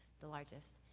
the largest,